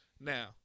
Now